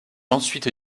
ensuite